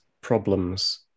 problems